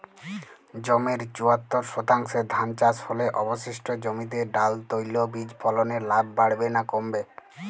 জমির চুয়াত্তর শতাংশে ধান চাষ হলে অবশিষ্ট জমিতে ডাল তৈল বীজ ফলনে লাভ বাড়বে না কমবে?